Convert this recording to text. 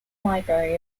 library